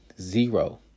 Zero